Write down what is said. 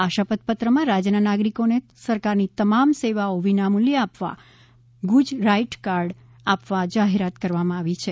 આ શપથ પત્રમાં રાજ્યના નાગરિકોને સરકારની તમામ સેવાઓ વિનામૂલ્યે આપવા માટે ગુજ રાઇટ કાર્ડ આપવાની જાહેરાત કરવામાં આવી છે